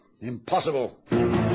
Impossible